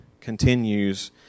continues